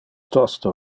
tosto